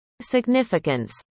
Significance